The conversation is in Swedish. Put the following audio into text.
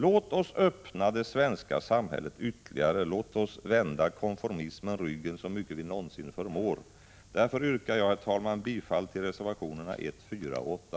Låt oss öppna det svenska samhället ytterligare, och låt oss vända konformismen ryggen så mycket vi någonsin förmår. Därför yrkar jag, herr talman, bifall till reservationerna 1, 4 och 8.